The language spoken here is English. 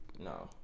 No